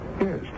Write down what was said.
Yes